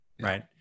right